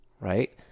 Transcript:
right